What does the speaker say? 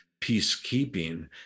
peacekeeping